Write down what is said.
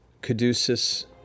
Caduceus